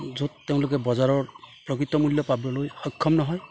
য'ত তেওঁলোকে বজাৰৰ প্ৰকৃত মূল্য পাবলৈ সক্ষম নহয়